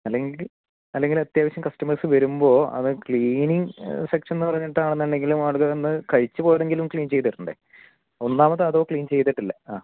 അല്ലെങ്കിൽ അല്ലെങ്കിൽ അത്യാവശ്യം കസ്റ്റമേഴ്സ് വരുമ്പോൾ അത് ക്ളീനിങ്ങ് സെക്ഷൻന്ന് പറഞ്ഞിട്ടാണെന്ന് ഉണ്ടെങ്കിലും ആളുകൾ ഒന്ന് കഴിച്ച് പോയതെങ്കിലും ക്ളീൻ ചെയ്തിടണ്ടേ ഒന്നാമത് അതോ ക്ളീൻ ചെയ്ത്ട്ടില്ല ആ